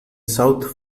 south